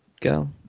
go